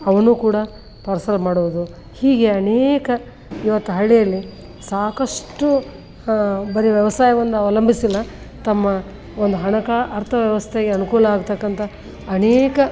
ಅವನ್ನು ಕೂಡ ಪಾರ್ಸಲ್ ಮಾಡೋದು ಹೀಗೆ ಅನೇಕ ಇವತ್ತು ಹಳ್ಳಿಯಲ್ಲಿ ಸಾಕಷ್ಟು ಬರೀ ವ್ಯವಸಾಯವನ್ನು ಅವಲಂಬಿಸಿಲ್ಲ ತಮ್ಮ ಒಂದು ಹಣಕಾ ಅರ್ಥ ವ್ಯವಸ್ಥೆಯ ಅನುಕೂಲ ಆಗ್ತಕ್ಕಂತ ಅನೇಕ